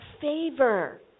favor